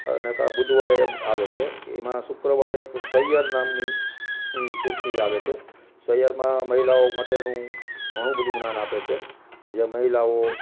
અને કા બુધવારે એમ આવે છે એમાં શુક્રવારે એક સહિયર નામની એની પૂર્તિ આવે છે સહિયરમાં મહિલાઓ માટેનું ઘણું બધુ જ્ઞાન આપે છે કે જે મહિલાઓ